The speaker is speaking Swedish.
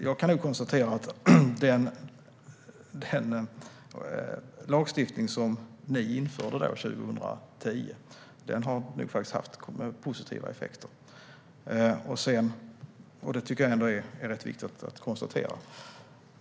Jag kan nog konstatera att den lagstiftning som ni införde 2010 har haft positiva effekter. Det tycker jag ändå är rätt viktigt att konstatera.